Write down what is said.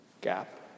Gap